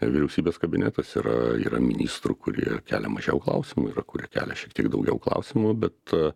vyriausybės kabinetas yra yra ministrų kurie kelia mažiau klausimų yra kurie kelia šiek tiek daugiau klausimų bet